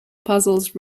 puzzles